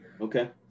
Okay